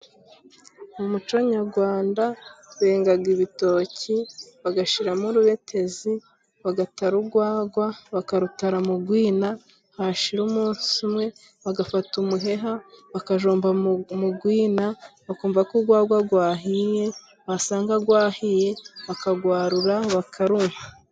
Mu muco nyagwanda bengaga ibitoki bagashiramo urubetezi bagatara ugwagwa bakarutara mu gwina hashira umunsi umwe bagafata umuheha bakajomba mugwina bakumva ko ugwagwa rwahiye basanga gwahiye bakagwarura bakarunywa